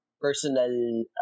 personal